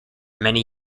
many